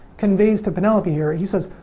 conveys to penelope here. he says,